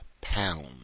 pound